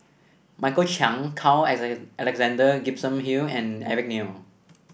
Michael Chiang Carl Alexander Gibson Hill and Eric Neo